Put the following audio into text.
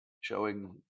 showing